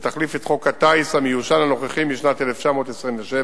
ותחליף את חוק הטיס המיושן הנוכחי משנת 1927,